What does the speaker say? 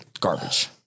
garbage